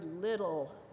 little